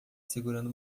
segurando